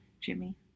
Jimmy